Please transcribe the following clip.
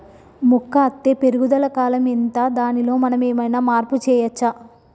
మొక్క అత్తే పెరుగుదల కాలం ఎంత దానిలో మనం ఏమన్నా మార్పు చేయచ్చా?